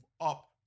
up